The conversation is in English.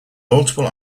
multiple